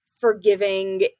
forgiving